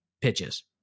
pitches